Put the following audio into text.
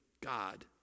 God